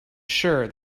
sure